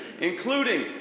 including